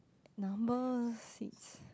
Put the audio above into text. number seeds